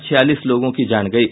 छियालीस लोगों की जान गयी